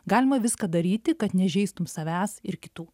galima viską daryti kad nežeistum savęs ir kitų